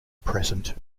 present